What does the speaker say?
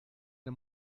der